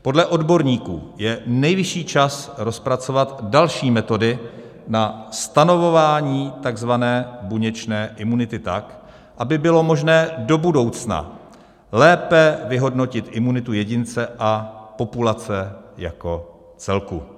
Podle odborníků je nejvyšší čas rozpracovat další metody na stanovování takzvané buněčné imunity tak, aby bylo možné do budoucna lépe vyhodnotit imunitu jedince a populace jako celku.